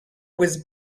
was